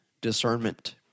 discernment